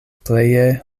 pleje